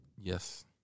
Yes